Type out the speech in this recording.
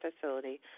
facility